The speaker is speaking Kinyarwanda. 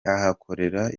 ahakorera